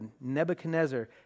Nebuchadnezzar